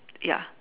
ya